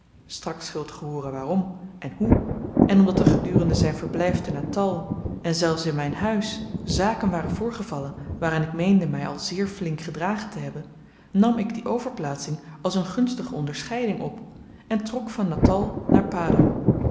zult ge hooren waarom en hoe en omdat er gedurende zyn verblyf te natal en zelfs in myn huis zaken waren voorgevallen waarin ik meende my al zeer flink gedragen te hebben nam ik die overplaatsing als een gunstige onderscheiding op en vertrok van natal naar padang